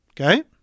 Okay